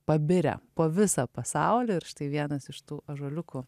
pabirę po visą pasaulį ir štai vienas iš tų ąžuoliukų